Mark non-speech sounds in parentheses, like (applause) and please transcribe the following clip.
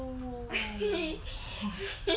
(laughs)